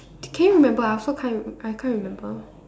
k~ can you remember I also can't I can't remember